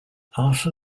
after